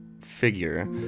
figure